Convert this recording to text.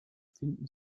finden